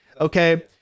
Okay